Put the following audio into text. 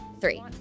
Three